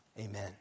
Amen